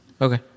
okay